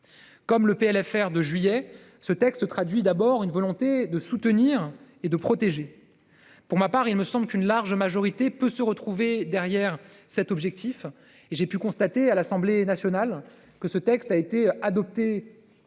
Comme le PLFR de juillet, ce texte traduit d'abord une volonté de soutenir et de protéger. Pour ma part, il me semble qu'une large majorité peut se retrouver dans cet objectif. D'ailleurs, ce texte a été adopté